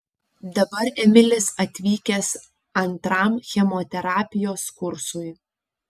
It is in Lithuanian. dabar emilis atvykęs antram chemoterapijos kursui